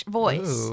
voice